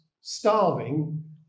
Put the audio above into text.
starving